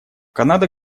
канада